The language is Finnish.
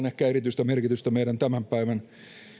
ehkä erityistä merkitystä meidän tämän päivän